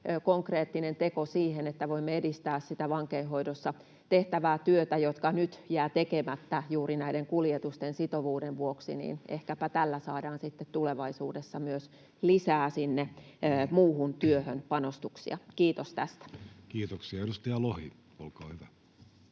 konkreettinen teko siihen, että voimme edistää sitä vankeinhoidossa tehtävää työtä, joka nyt jää tekemättä juuri näiden kuljetusten sitovuuden vuoksi. Ehkäpä tällä saadaan sitten tulevaisuudessa myös lisää sinne muuhun työhön panostuksia. Kiitos tästä. Kiitoksia. — Edustaja Lohi, olkaa hyvä.